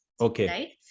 Okay